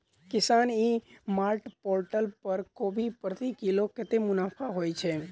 किसान e mart portal पर कोबी प्रति किलो कतै मुनाफा होइ छै?